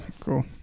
cool